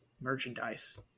merchandise